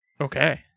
Okay